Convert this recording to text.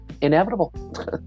inevitable